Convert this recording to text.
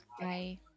Bye